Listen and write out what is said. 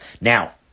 Now